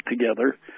together